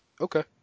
Okay